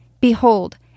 Behold